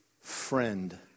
friend